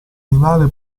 animale